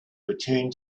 returned